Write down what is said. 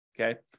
Okay